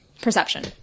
Perception